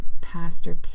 Pastor